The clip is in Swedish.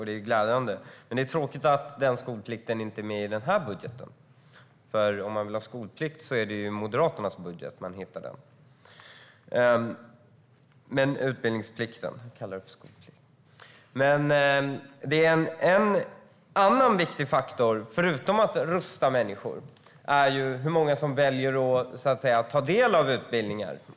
Det är glädjande, men det är tråkigt att utbildningsplikten inte finns med i budgeten. Om man vill ha utbildningsplikt är det i Moderaternas budget den hittas. En annan viktig faktor, förutom att rusta människor, är hur många som väljer att ta del av utbildningar.